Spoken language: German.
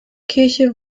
kirche